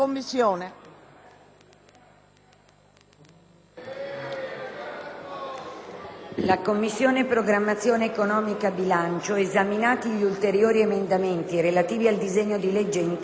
«La Commissione programmazione economica, bilancio, esaminati gli ulteriori emendamenti relativi al disegno di legge in titolo, esprime, per quanto di propria competenza, parere contrario